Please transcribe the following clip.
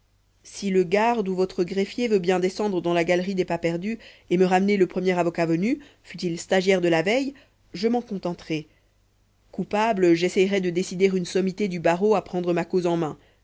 si le garde ou votre greffier veut bien descendre dans la galerie des pas perdus et me ramener le premier avocat venu fût-il stagiaire de la veille je m'en contenterai coupable j'essaierais de décider une sommité du barreau à prendre ma cause en mains